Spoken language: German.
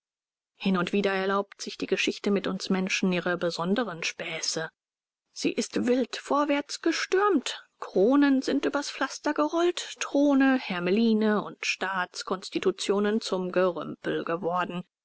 hin und wieder erlaubt sich die geschichte mit uns menschen ihre besonderen späße sie ist wild vorwärtsgestürmt kronen sind übers pflaster gerollt throne hermeline und staatskonstitutionen zum gerümpel geworfen